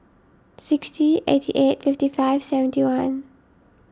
sixty eighty eight fifty five seventy one